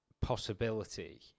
possibility